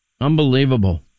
Unbelievable